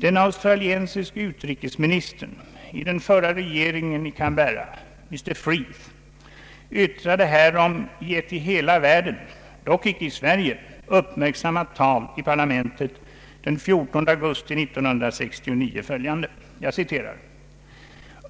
Den australiensiske utrikesministern i den förra regeringen i Canberra, mr Freeth, yttrade härom i ett i hela världen, dock icke i Sverige, uppmärksammat tal i parlamentet den 14 augusti 1969 följande: